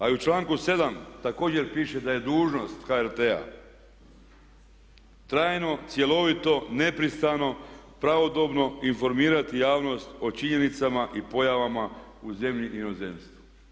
A i u članku 7. također piše da je dužnost HRT-a trajno, cjelovito, nepristrano, pravodobno informirati javnost o činjenicama i pojavama u zemlji i inozemstvu.